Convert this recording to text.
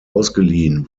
ausgeliehen